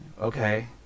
okay